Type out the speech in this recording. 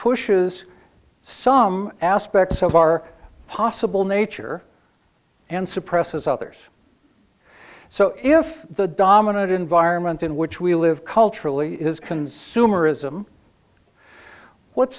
pushes some aspects of our possible nature and suppresses others so if the dominant environment in which we live culturally is consumerism what's